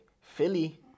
Philly